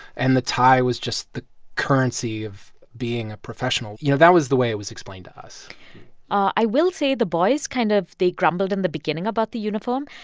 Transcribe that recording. and the tie was just the currency of being a professional. you know, that was the way it was explained to us i will say, the boys kind of they grumbled in the beginning about the uniform,